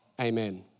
Amen